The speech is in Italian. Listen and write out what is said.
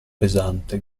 pesante